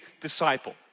disciple